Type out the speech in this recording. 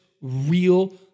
real